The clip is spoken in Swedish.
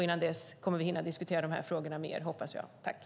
Innan dess hoppas jag att vi kommer att hinna diskutera dessa frågor mer.